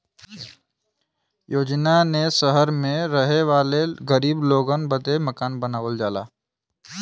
योजना ने सहर मे रहे वाले गरीब लोगन बदे मकान बनावल जाला